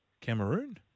Cameroon